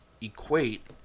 equate